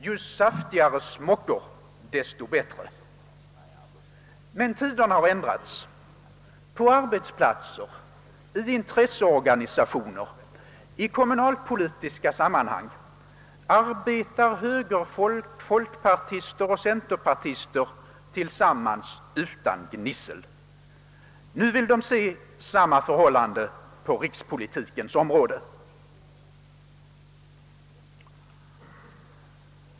Ju saftigare smockor, desto bättre. Men tiden har ändrats. På arbetsplatser, i intresseorganisationer och i kommunalpolitiska sammanhang arbetar nu högerfolk, centerpartister och folkpartister tillsammans utan gnissel. Nu vill de se samma förhållande på rikspolitikens område.